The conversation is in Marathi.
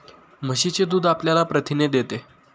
म्हशीचे दूध आपल्याला प्रथिने देते